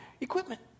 equipment